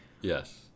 Yes